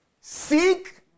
seek